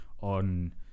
on